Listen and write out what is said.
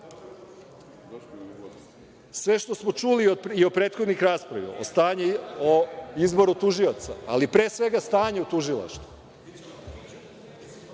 Sve što smo čuli i u prethodnoj raspravi o stanju, o izboru tužioca, ali pre svega stanju u Tužilaštvu